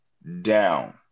Down